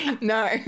No